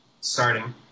starting